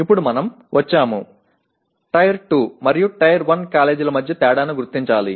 ఇప్పుడు మనం వచ్చాము టైర్ 2 మరియు టైర్ 1 కాలేజీల మధ్య తేడాను గుర్తించాలి